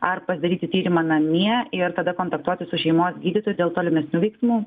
ar pasidaryti tyrimą namie ir tada kontaktuoti su šeimos gydytoju dėl tolimesnių veiksmų